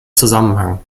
zusammenhang